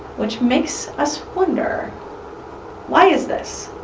which makes us wonder why is this?